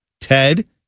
Ted